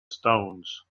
stones